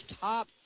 top